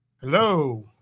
Hello